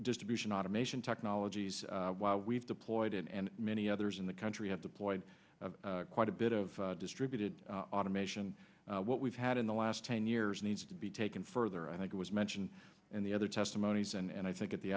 distribution automation technologies while we've deployed it and many others in the country have deployed quite a bit of distributed automation what we've had in the last ten years needs to be taken further i think it was mentioned in the other testimonies and i think at the